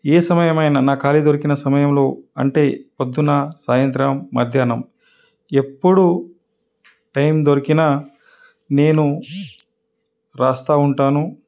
ఏ సమయమైనా నా ఖాళీ దొరికిన సమయంలో అంటే పొద్దున సాయంత్రం మధ్యాహ్నం ఎప్పుడు టైం దొరికినా నేను రాస్తా ఉంటాను